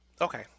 okay